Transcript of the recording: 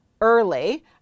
early